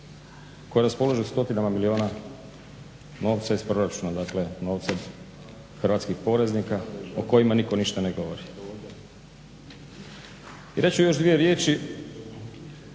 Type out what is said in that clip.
koje raspolažu stotinama milijuna novca iz proračuna, dakle novcem hrvatskih poreznika o kojima ništa ne govori. I reći ću još 2 riječi,